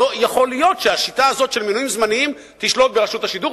לא יכול להיות שהשיטה הזאת של מינויים זמניים תשלוט ברשות השידור.